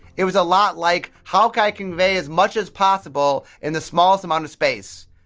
it was a lot like, how can i convey as much as possible in the smallest amount of space?